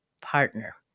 partner